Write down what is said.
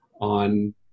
on